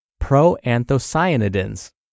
proanthocyanidins